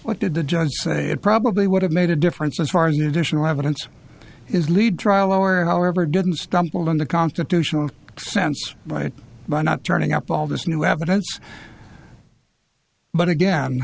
what did the judge say it probably would have made a difference as far as an additional evidence is lead trial our however didn't stumble in the constitutional sense by not turning up all this new evidence but again